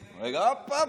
הופ-הופ,